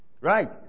right